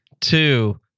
two